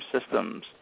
systems